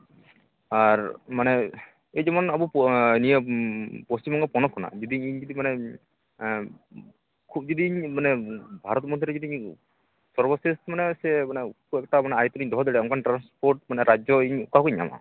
ᱟᱨ ᱢᱟᱱᱮ ᱮᱭ ᱡᱮᱢᱚᱱ ᱟᱵᱚ ᱯᱚᱥᱪᱤᱢ ᱵᱚᱝᱜᱚ ᱯᱚᱱᱚᱛ ᱠᱷᱚᱱᱟᱜ ᱡᱩᱫᱤᱧ ᱤᱧ ᱡᱩᱫᱤ ᱢᱟᱱᱮ ᱠᱷᱩᱵᱽ ᱡᱩᱫᱤᱧ ᱢᱟᱱᱮ ᱵᱷᱟᱨᱚᱛ ᱢᱚᱫᱽᱫᱷᱮ ᱨᱮ ᱢᱟᱱᱮ ᱥᱚᱨᱵᱚ ᱥᱮᱥ ᱢᱟᱱᱮ ᱥᱮ ᱠᱷᱩᱵᱽ ᱮᱠᱴᱟ ᱟᱭᱚᱛᱛᱚᱨᱮᱧ ᱫᱚᱦᱚ ᱫᱟᱲᱮᱭᱟᱜᱼᱟ ᱢᱟᱱᱮ ᱚᱱᱠᱟᱱ ᱴᱨᱟᱱᱥᱯᱳᱨᱴ ᱢᱟᱱᱮ ᱨᱟᱡᱽᱡᱚ ᱤᱧ ᱚᱠᱟ ᱠᱷᱚᱱᱤᱧ ᱧᱟᱢᱟ